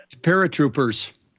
paratroopers